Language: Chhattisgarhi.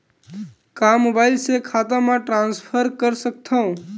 का मोबाइल से खाता म ट्रान्सफर कर सकथव?